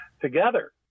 together